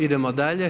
Idemo dalje.